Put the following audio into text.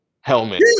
helmet